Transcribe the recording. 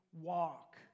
walk